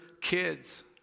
kids